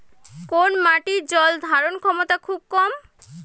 কোন মাটির জল ধারণ ক্ষমতা খুব কম?